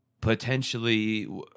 potentially